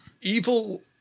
evil